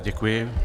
Děkuji.